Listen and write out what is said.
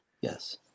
Yes